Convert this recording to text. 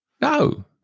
No